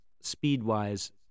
speed-wise